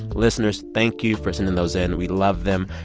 listeners, thank you for sending those in. we love them.